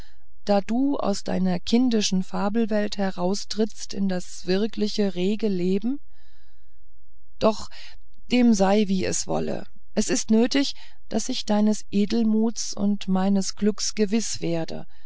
da du aus deiner kindischen fabelwelt heraustrittst in das wirkliche rege leben doch dem sei wie ihm wolle es ist nötig daß ich deines edelmuts und meines glücks gewiß werde